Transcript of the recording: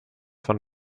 von